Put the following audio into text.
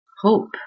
hope